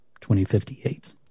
2058